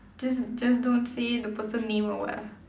just just don't say the person name or what ah